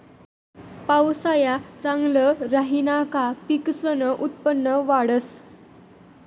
पावसाया चांगला राहिना का पिकसनं उत्पन्न वाढंस